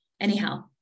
Anyhow